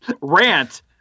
rant